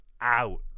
out